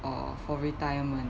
or for retirement